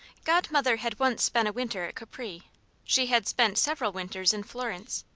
godmother had once spent a winter at capri she had spent several winters in florence.